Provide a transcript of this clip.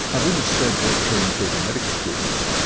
i've always said, lecturing to the medical students,